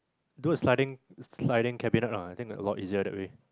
do a sliding sliding cabinet ah I think a lot easier that way